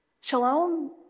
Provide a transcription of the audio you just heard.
Shalom